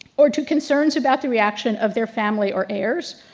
or to concerns about the reaction of their family or airs,